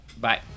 Bye